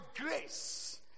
grace